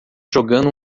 jogando